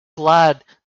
glad